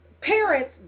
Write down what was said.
parents